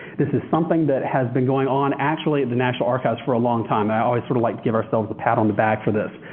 this is something that has been going on actually at the national archives for a long time. i always sort of like to give ourselves a pat on the back for this,